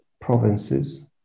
provinces